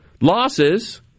losses